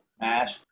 Mash